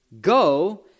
go